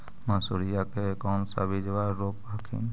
मसुरिया के कौन सा बिजबा रोप हखिन?